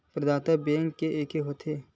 प्रदाता बैंक के एके होथे?